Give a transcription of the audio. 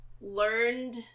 learned